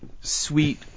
sweet